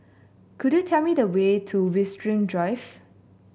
could you tell me the way to Winstedt Drive